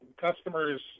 customers